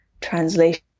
translation